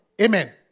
Amen